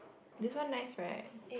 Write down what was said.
this one nice right